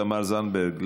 תמר זנדברג,